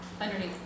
underneath